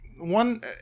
one